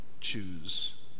choose